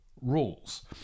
rules